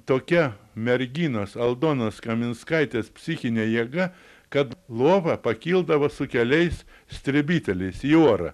tokia merginos aldonos kaminskaitės psichinė jėga kad lova pakildavo su keliais stribiteliais į orą